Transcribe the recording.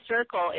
circle